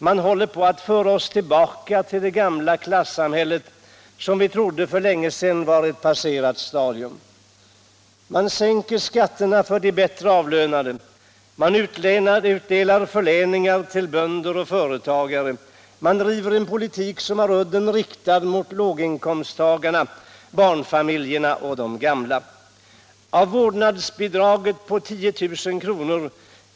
Man håller på att föra oss tillbaka till det gamla klassamhället, som vi trodde var ett passerat stadium för länge sedan. Man sänker skatterna för de bättre avlönade. Man utdelar förläningar till bönder och företagare. Man driver en politik som har udden riktad mot låginkomsttagarna, barnfamiljerna och de gamla. Av vårdnadsbidraget på 10 000 kr.